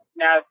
now